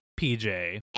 PJ